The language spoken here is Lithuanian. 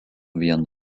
vien